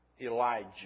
Elijah